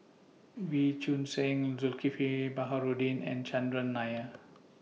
Wee Choon Seng Zulkifli Baharudin and Chandran Nair